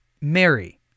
Mary